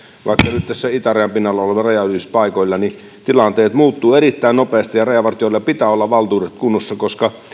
nyt itärajan pinnassa olevilla rajanylityspaikoilla niin tilanteet muuttuvat erittäin nopeasti ja rajavartijoilla pitää olla valtuudet kunnossa